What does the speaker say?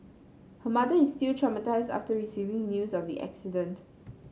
her mother is still traumatised after receiving news of the accident